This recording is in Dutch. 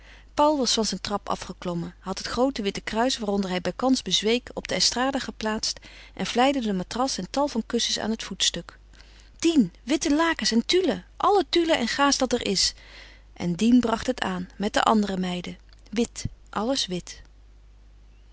paul was van zijn trap afgeklommen had het groote witte kruis waaronder hij bijkans bezweek op de estrade geplaatst en vlijde de matras en tal van kussens aan het voetstuk dien witte lakens en tulle alle tulle en gaas dat er is en dien bracht het aan met de andere meiden wit alles wit